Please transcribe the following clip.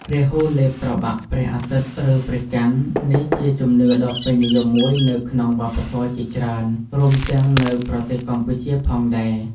រាហ៊ូលេបត្របាក់ព្រះអាទិត្យឬព្រះច័ន្ទ នេះជាជំនឿដ៏ពេញនិយមមួយនៅក្នុងវប្បធម៌ជាច្រើន រួមទាំងនៅប្រទេសកម្ពុជាផងដែរ ។